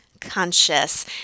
conscious